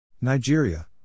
Nigeria